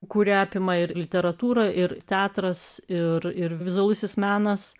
kurią apima ir literatūrą ir teatras ir ir vizualusis menas